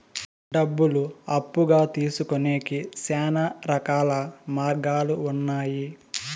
డబ్బులు అప్పుగా తీసుకొనేకి శ్యానా రకాల మార్గాలు ఉన్నాయి